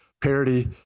parity